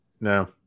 No